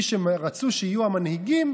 מי שרצו שיהיו המנהיגים,